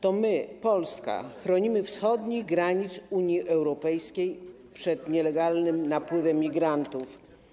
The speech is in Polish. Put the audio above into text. To my, Polska, chronimy wschodnich granic Unii Europejskiej przed nielegalnym napływem migrantów.